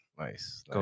Nice